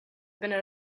been